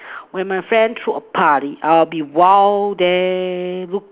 when my friend throw a party I will be wild there look